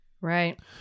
Right